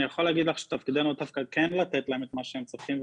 אני יכול להגיד שתפקידנו דווקא כן לתת להם אתמה שהם צריכים.